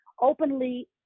openly